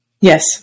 Yes